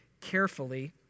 carefully